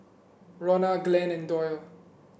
Ronna Glen and Doyle